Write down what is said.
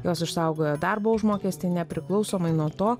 jos išsaugojo darbo užmokestį nepriklausomai nuo to